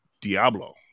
Diablo